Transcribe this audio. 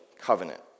covenant